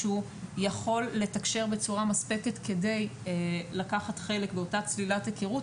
שהוא יכול לתקשר בצורה מספקת כדי לקחת חלק באותה צלילת היכרות.